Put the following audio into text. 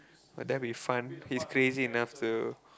but that'll be fun he's crazy enough to